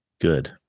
good